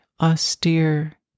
austere